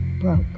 broke